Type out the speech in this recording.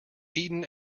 eaten